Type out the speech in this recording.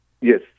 Yes